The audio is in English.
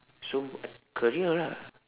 so career lah